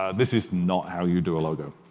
ah this is not how you do a logo.